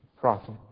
prophet